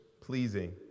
pleasing